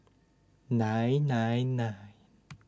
nine nine nine